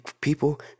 People